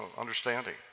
understanding